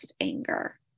anger